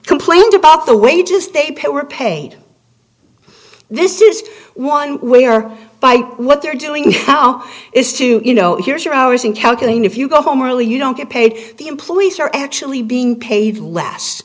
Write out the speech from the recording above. complained about the wages they pay were paid this is one way or by what they're doing now is to you know here's your hours in calculating if you go home early you don't get paid the employees are actually being paid less